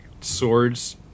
swords